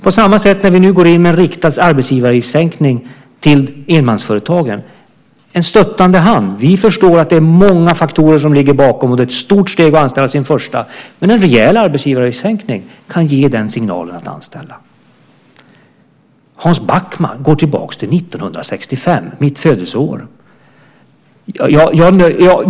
På samma sätt går vi nu in med en riktad arbetsgivaravgiftssänkning till enmansföretagen, en stöttande hand. Vi förstår att det är många faktorer som spelar in och att det är ett stort steg att anställa sin första medarbetare, men en rejäl arbetsgivaravgiftssänkning kan ge signalen att anställa. Hans Backman går tillbaks till 1965, mitt födelseår.